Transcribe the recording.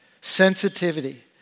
Sensitivity